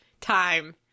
time